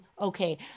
okay